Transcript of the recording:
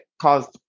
caused